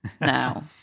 now